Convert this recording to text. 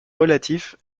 relatif